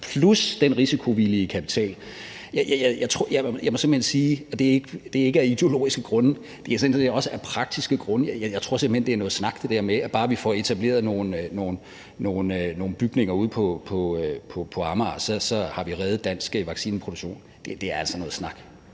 plus den risikovillige kapital. Jeg må sige – ikke af ideologiske grunde, men også af praktiske grunde – at jeg simpelt hen tror, at det der med, at bare vi får etableret nogle bygninger ude på Amager, så har vi reddet dansk vaccineproduktion, altså er noget snak.